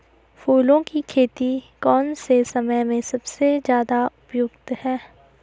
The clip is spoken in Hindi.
फूलों की खेती कौन से समय में सबसे ज़्यादा उपयुक्त है?